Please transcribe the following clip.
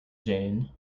jane